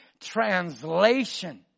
translation